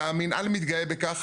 והמנהל מתגאה בכך,